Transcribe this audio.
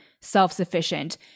self-sufficient